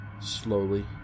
Slowly